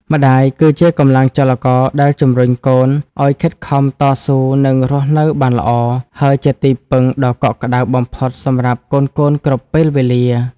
ម្ដាយ គឺជាកម្លាំងចលករដែលជំរុញកូនឲ្យខិតខំ តស៊ូ និងរស់នៅបានល្អ ហើយជាទីពឹងដ៏កក់ក្តៅបំផុតសម្រាប់កូនៗគ្រប់ពេលវេលា។